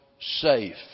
safe